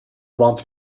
wants